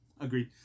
Agreed